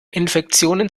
infektionen